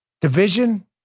Division